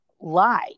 lie